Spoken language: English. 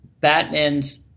Batman's